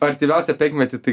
artimiausią penkmetį tai